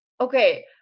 okay